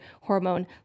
hormone